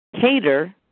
cater